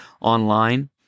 online